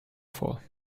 for